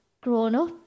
grown-up